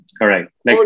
Correct